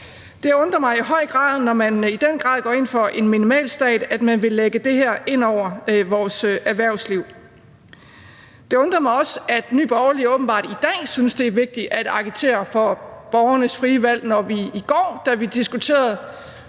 Det undrer mig i høj grad, når man i den grad går ind for en minimalstat, at man vil lægge det her ind over vores erhvervsliv. Det undrer mig også, at Nye Borgerlige åbenbart i dag synes, at det er vigtigt at agitere for borgernes frie valg, når man i går, da vi diskuterede